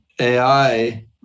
AI